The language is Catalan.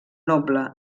noble